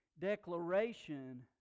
declaration